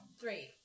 Three